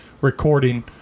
recording